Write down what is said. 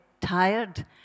tired